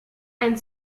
and